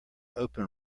open